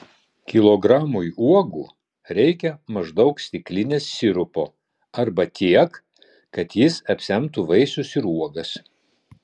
kilogramui uogų reikia maždaug stiklinės sirupo arba tiek kad jis apsemtų vaisius ir uogas